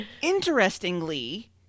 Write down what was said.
Interestingly